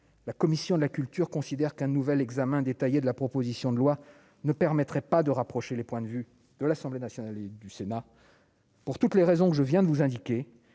la commission de la culture considère qu'un nouvel examen détaillé de la proposition de loi ne permettrait pas de rapprocher les points de vue de l'Assemblée nationale et du Sénat. Pour toutes les raisons que je viens de vous indiquer